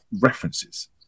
references